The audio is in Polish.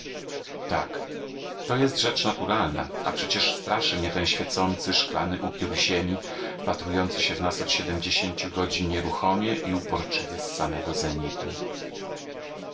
tak to jest rzecz naturalna a przecież straszy mnie ten świecący szklany upiór ziemi wpatrujący się w nas od siedmdziesięciu godzin nieruchomie i uporczywie z samego zenitu